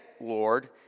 Lord